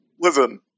listen